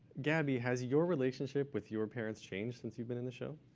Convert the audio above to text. gabby, has your relationship with your parents changed since you've been in the show?